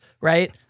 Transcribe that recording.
right